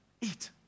Eat